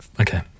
okay